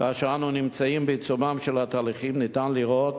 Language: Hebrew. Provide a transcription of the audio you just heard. כאשר אנו נמצאים בעיצומם של התהליכים, ניתן לראות